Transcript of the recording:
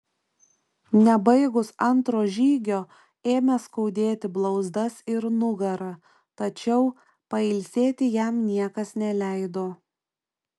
nebaigus antro žygio ėmė skaudėti blauzdas ir nugarą tačiau pailsėti jam niekas neleido